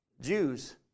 Jews